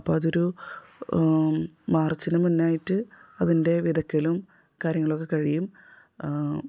അപ്പോൾ അതൊരു മാർച്ചിന് മുന്നെ ആയിട്ട് അതിൻ്റെ വിതക്കലും കാര്യങ്ങളുമൊക്കെ കഴിയും